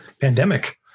pandemic